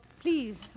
Please